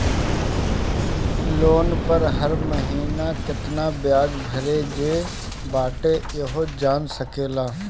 loan पअ हर महिना केतना बियाज भरे जे बाटे इहो जान सकेला